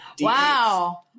Wow